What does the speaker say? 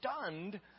stunned